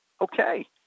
okay